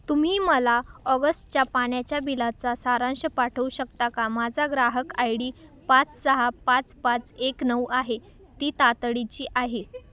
तुम्ही मला ऑगसच्या पाण्याच्या बिलाचा सारांश पाठवू शकता का माझा ग्राहक आय डी पाच सहा पाच पाच एक नऊ आहे ती तातडीची आहे